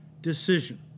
decision